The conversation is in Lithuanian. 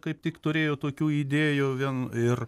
kaip tik turėjo tokių idėjų vien ir